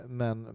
men